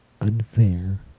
unfair